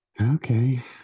Okay